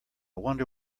wonder